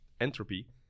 entropy